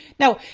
now,